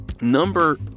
number